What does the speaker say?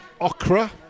okra